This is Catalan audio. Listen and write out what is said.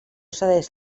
cedeix